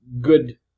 good